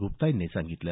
गुप्ता यांनी सांगितलं